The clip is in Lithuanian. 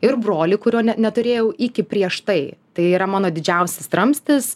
ir brolį kurio neturėjau iki prieš tai tai yra mano didžiausias ramstis